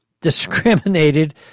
discriminated